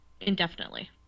indefinitely